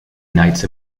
knights